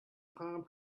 palm